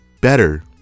better